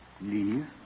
Leave